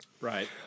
Right